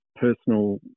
personal